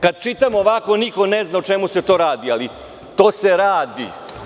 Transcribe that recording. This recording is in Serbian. Kada čitam ovako, niko ne zna o čemu se tu radi, ali to se radi.